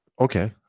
Okay